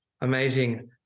Amazing